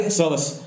service